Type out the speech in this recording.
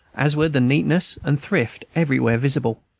as were the neatness and thrift everywhere visible.